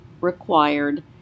required